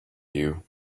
you